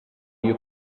you